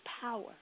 power